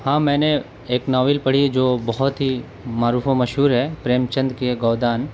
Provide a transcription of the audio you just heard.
ہاں میں نے ایک ناول پڑھی جو بہت ہی معروف و مشہور ہے پریم چند کے گودان